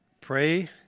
pray